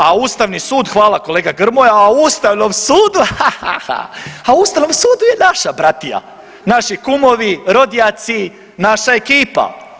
A Ustavni sud, hvala kolega Grmoja, a o Ustavnom sudu hahaha, a o Ustavnom sudu je naša pratija, naši kumovi, rodjaci, naša ekipa.